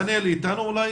דוקטור גניאל, בבקשה.